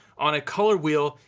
on a color wheel,